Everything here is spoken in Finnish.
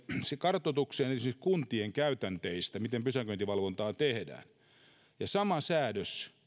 kartoituksen esimerkiksi kuntien käytänteistä miten pysäköintivalvontaa tehdään sama säädös